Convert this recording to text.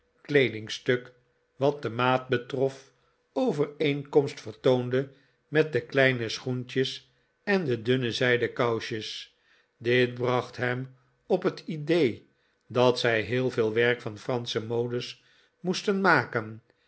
dingstuk wat de maat betrof overeenkomst vertoonde met de kleine schoentjes eh de dunne zijden kousjes dit bracht hem op het idee dat zij heel veel werk van fransche modes moesten maken